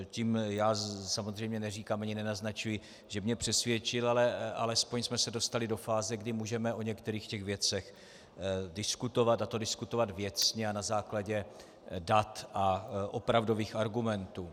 Tím samozřejmě neříkám nebo nenaznačuji, že mě přesvědčil, ale alespoň jsme se dostali do fáze, kdy můžeme o některých těch věcech diskutovat, a to diskutovat věcně a na základě dat a opravdových argumentů.